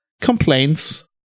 complaints